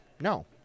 No